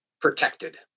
protected